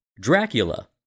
Dracula